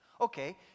Okay